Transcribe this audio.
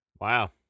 Wow